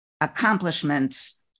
accomplishments